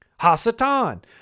Hasatan